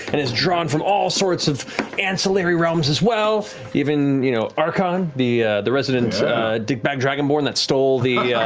and it's drawn from all sorts of ancillary realms as well, even you know arkhan, the the resident dick-bag dragonborn that stole the